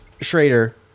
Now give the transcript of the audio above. Schrader